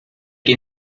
que